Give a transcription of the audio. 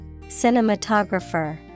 Cinematographer